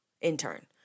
Intern